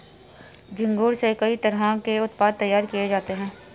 झींगुर से कई तरह के उत्पाद तैयार किये जाते है